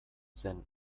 zen